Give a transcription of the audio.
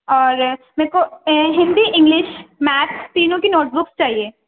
اور میکو Hindi English math تینوں کی نوٹبک چاہیے